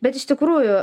bet iš tikrųjų